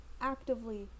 actively